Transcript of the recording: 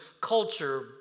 culture